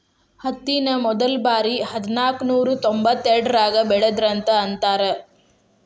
ಹತ್ತಿನ ಮೊದಲಬಾರಿ ಹದನಾಕನೂರಾ ತೊಂಬತ್ತೆರಡರಾಗ ಬೆಳದರಂತ ಅಂತಾರ